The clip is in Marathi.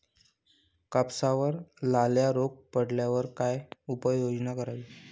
कापसावर लाल्या रोग पडल्यावर काय उपाययोजना करावी?